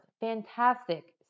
fantastic